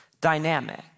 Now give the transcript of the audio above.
dynamic